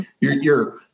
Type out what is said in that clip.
you're-